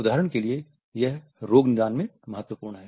उदाहरण के लिए यह रोग निदान में महत्वपूर्ण हैं